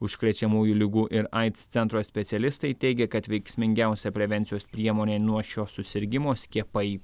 užkrečiamųjų ligų ir aids centro specialistai teigia kad veiksmingiausia prevencijos priemonė nuo šio susirgimo skiepai